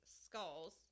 skulls